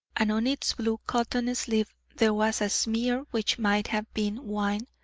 and on its blue cotton sleeve there was a smear which might have been wine,